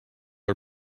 are